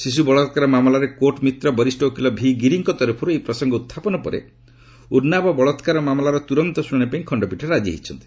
ଶିଶ୍ର ବଳାକାର ମାମଲାରେ କୋର୍ଟମିତ୍ର ବରିଷ୍ଣ ଓକିଲ ଭି ଗିରିଙ୍କ ତରଫରୁ ଏହି ପ୍ରସଙ୍ଗ ଉତ୍ଥାପନ ପରେ ଉନ୍ନାବ ବଳାତ୍କାର ମାମଲାର ତ୍ରରନ୍ତ ଶ୍ରଣାଣି ପାଇଁ ଖଣ୍ଡପୀଠ ରାଜି ହୋଇଛନ୍ତି